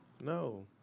No